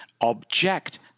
object